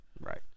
Right